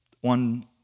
One